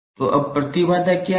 तो अब प्रतिबाधा क्या है